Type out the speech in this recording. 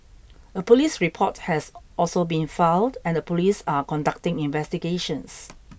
a police report has also been filed and the police are conducting investigations